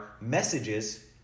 messages